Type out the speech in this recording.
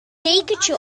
dekentje